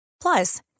Plus